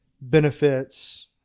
benefits